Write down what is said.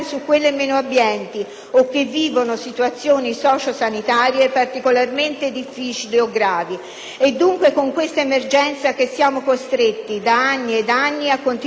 o che vivono situazioni sociosanitarie particolarmente difficili o gravi. È dunque con questa emergenza che siamo costretti da anni ed anni a continuare a fare i conti.